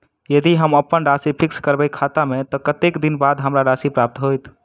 यदि हम अप्पन राशि फिक्स करबै खाता मे तऽ कत्तेक दिनक बाद हमरा राशि प्राप्त होइत?